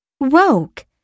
Woke